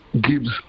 gives